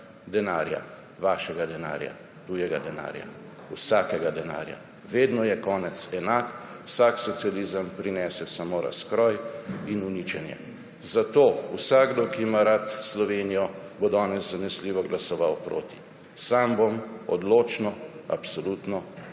denarja, vašega denarja, tujega denarja, vsakega denarja. Vedno je konec enak. Vsak socializem prinese samo razkroj in uničenje. Zato bo vsakdo, ki ima rad Slovenijo, danes zanesljivo glasoval proti. Sam bom odločno, absolutno